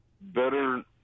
Better